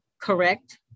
correct